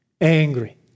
angry